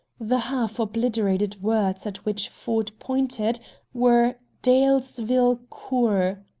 the half-obliterated words at which ford pointed were dalesville cour